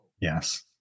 Yes